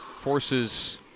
forces